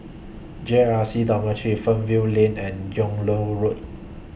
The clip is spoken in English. J R C Dormitory Fernvale Lane and Yung Loh Road